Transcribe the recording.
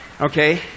Okay